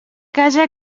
casa